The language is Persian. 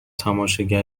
تماشاگر